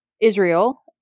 Israel